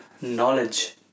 knowledge